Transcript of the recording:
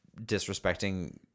disrespecting